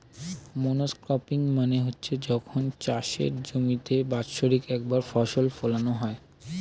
monocropping মানে হচ্ছে যখন চাষের জমিতে বাৎসরিক একবার ফসল ফোলানো হয়